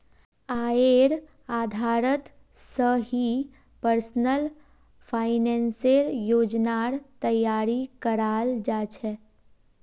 आयेर आधारत स ही पर्सनल फाइनेंसेर योजनार तैयारी कराल जा छेक